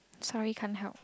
sorry can't help